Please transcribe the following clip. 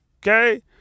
okay